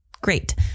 great